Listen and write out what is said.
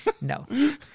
No